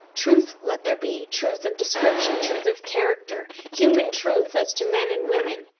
truth let there be truth of description, truth of character, human truth as to men and women.